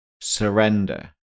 surrender